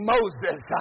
Moses